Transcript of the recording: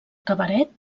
cabaret